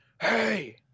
Hey